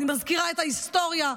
אני מזכירה את ההיסטוריה,